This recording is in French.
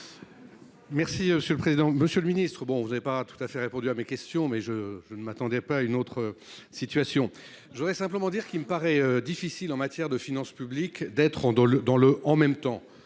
Maurey, pour la réplique. Monsieur le ministre, vous n’avez pas tout à fait répondu à mes questions, mais je ne m’attendais pas à autre chose. Je voudrais simplement dire qu’il me paraît difficile, en matière de finances publiques, de pratiquer le « en même temps